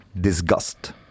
disgust